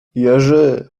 jerzy